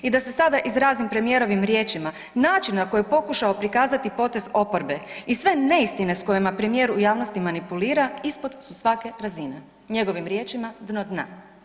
I da se sada izrazim premijerovim riječima, način na koji je pokušao prikazati potez oporbe i sve neistine s kojima premijer u javnosti manipulira ispod su svake razine, njegovim riječima dno dna.